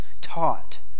taught